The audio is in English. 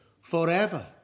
forever